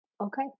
okay